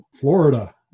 Florida